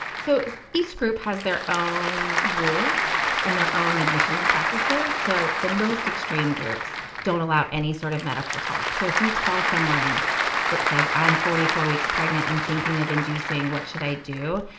so each group has their own rules and their own admission practices. so the most extreme groups don't allow any sort of medical talk. so if you tell someone that says i'm forty four weeks pregnant, i'm thinking of inducing, what should i do?